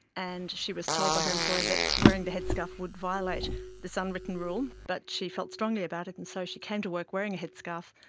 and she was told by her employer that wearing the headscarf would violate this unwritten rule. but she felt strongly about it and so she came to work wearing a headscarf,